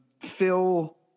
Phil